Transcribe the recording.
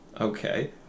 Okay